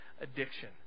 addiction